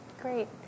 Great